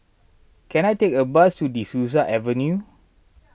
can I take a bus to De Souza Avenue